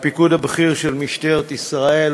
הפיקוד הבכיר של משטרת ישראל,